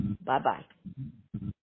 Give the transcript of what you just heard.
Bye-bye